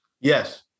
Yes